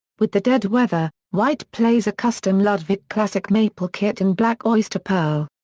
with the dead weather, white plays a custom ludwig classic maple kit in black oyster pearl.